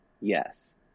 Yes